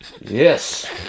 yes